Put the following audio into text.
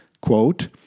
Quote